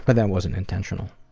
but that wasn't intentional.